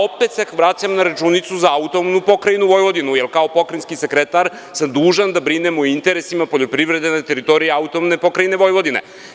Opet se vraćam na računicu za AP Vojvodinu jer kao pokrajinski sekretar sam dužan da brinem o interesima poljoprivrede na teritoriji AP Vojvodine.